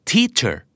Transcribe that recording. Teacher